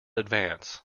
advance